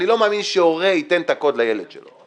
אני לא מאמין שהורה ייתן את הקוד לילד שלו.